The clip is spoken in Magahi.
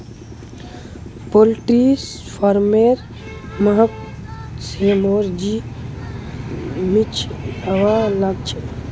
पोल्ट्री फारमेर महक स मोर जी मिचलवा लाग छ